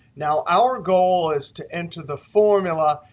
now, our goal is to enter the formula,